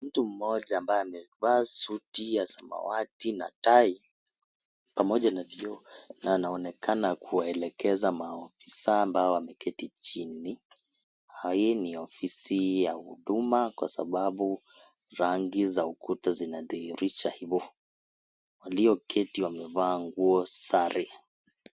Mtu mmoja ambaye amevaa suti ya samawati na tai.. Pamoja na vioo na anaonekana kuwaelekeza maofisa ambao wameketi chini. Huu ni ofisi ya huduma kwa sababu rangi za ukuta zinadhirisha hivo, Walioketi wamevaa nguo sare.